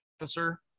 officer